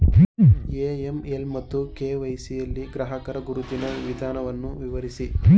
AML ಮತ್ತು KYC ಯಲ್ಲಿ ಗ್ರಾಹಕರ ಗುರುತಿನ ವಿಧಾನವನ್ನು ವಿವರಿಸಿ?